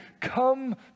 come